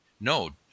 No